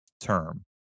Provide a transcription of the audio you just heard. term